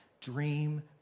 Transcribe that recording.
dream